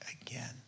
again